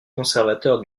conservateur